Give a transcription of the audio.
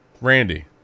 Randy